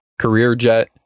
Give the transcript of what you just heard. CareerJet